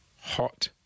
hot